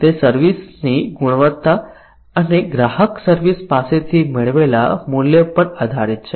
તે સર્વિસ ની ગુણવત્તા અને ગ્રાહક સર્વિસ પાસેથી મેળવેલા મૂલ્ય પર આધારિત છે